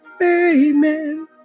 amen